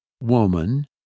woman